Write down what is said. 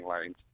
lanes